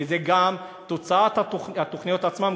כי זה גם תוצאת התוכניות עצמן,